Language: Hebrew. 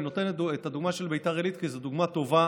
אני נותן את הדוגמה של ביתר עילית כי זו דוגמה טובה